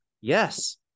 Yes